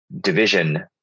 division